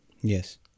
Yes